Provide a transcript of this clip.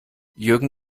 jürgen